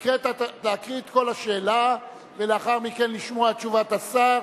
להקריא את כל השאלה ולאחר מכן לשמוע את תשובת השר.